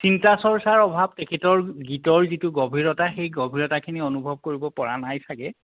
চিন্তা চৰ্চাৰ অভাৱ তেখেতৰ গীতৰ যিটো গভীৰতা সেই গভীৰতাখিনি অনুভৱ কৰিব পৰা নাই ছাগৈ